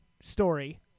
story